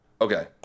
Okay